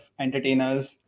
entertainers